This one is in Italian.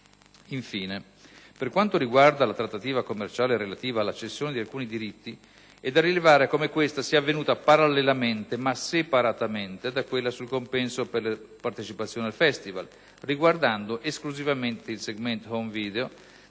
per quanto riguarda la trattativa commerciale relativa alla cessione di alcuni diritti, è da rilevare come questa sia avvenuta parallelamente ma separatamente da quella sul compenso per la partecipazione al Festival, riguardando esclusivamente il segmento *home video*